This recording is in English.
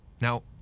Now